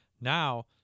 Now